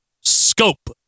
scope